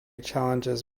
challenges